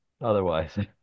Otherwise